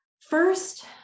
first